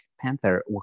Panther